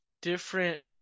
different